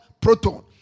proton